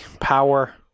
power